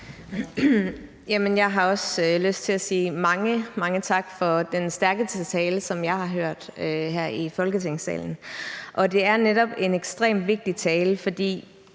jeg har også lyst til at sige mange, mange tak for den stærkeste tale, som jeg har hørt her i Folketingssalen. Det er netop en ekstremt vigtig tale, for